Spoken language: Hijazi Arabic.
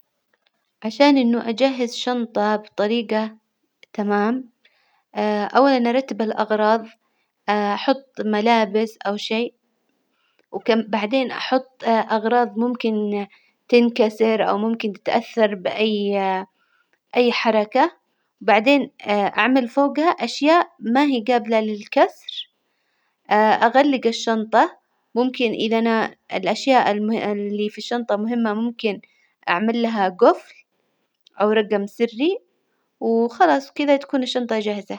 عشان إنه أجهز شنطة بطريجة تمام أولا أرتب الأغراظ أحط ملابس أو شي، وكم- بعدين أحط أغراض ممكن تنكسر أو ممكن تتأثر بأي أي حركة، بعدين أعمل فوجها أشياء ما هي جابلة للكسر أغلج الشنطة، ممكن إذا أنا الأشياء المه- اللي في الشنطة مهمة ممكن أعمل لها جفل أو رجم سري، وخلاص وكذا تكون الشنطة جاهزة.